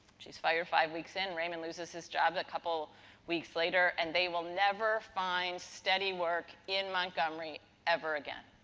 she's fired five weeks in, raymond loses his job a couple weeks later. and, they will never find steady work in montgomery ever again.